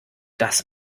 das